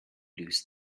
lose